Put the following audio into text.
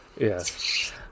Yes